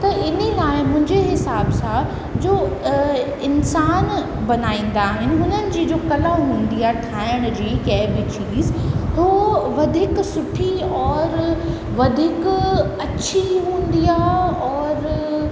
त इन्हीअ लाइ मुंहिंजे हिसाब सां जो इंसान बणाईंदा आहिनि हुननि जी जो कला हूंदी आहे ठाहिण जी कंहिं बि चीज़ हू वधीक सुठी और वधीक अच्छी हूंदी आहे और